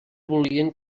volien